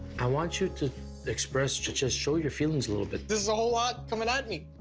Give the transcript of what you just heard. i want you to express, just show your feelings a little bit. this is a whole lot coming at me.